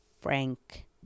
Frank